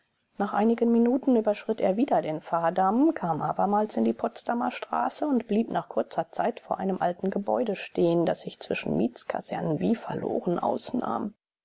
nach minuten überschritt er wieder den fahrdamm kam abermals in die potsdamer straße und blieb nach kurzer zeit vor einem alten gebäude stehen das sich zwischen mietskasernen wie verloren ausnahm